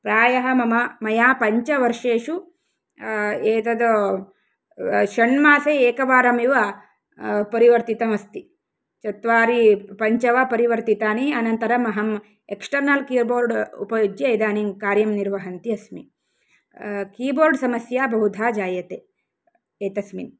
प्रायः मम मया पञ्चवर्षेषु एतद् षण्मासे एकवारम् एव परिवर्तितम् अस्ति चत्वारि पञ्च वा परिवर्तितानि अनन्तरम् अहम् एक्स्टर्नल् की बोर्ड् उपयुज्य इदानीं कार्यं निर्वहन्ती अस्मि की बोर्ड् समस्या बहुधा जायते एतस्मिन्